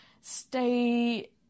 stay